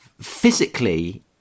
physically